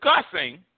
Discussing